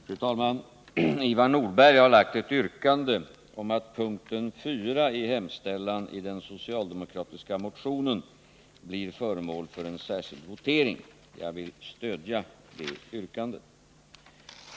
Fru talman! Ivar Nordberg har ställt ett yrkande om att punkten 4 i hemställan i den socialdemokratiska motionen blir föremål för en särskild votering. Jag vill stödja det yrkandet.